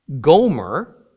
Gomer